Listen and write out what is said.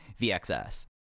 VXS